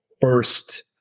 first